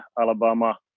Alabama